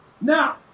Now